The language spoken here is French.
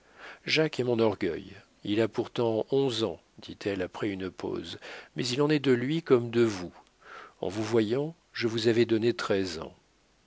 jacques est mon orgueil il a pourtant onze ans dit-elle après une pause mais il en est de lui comme de vous en vous voyant je vous avais donné treize ans